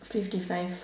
fifty five